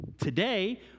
today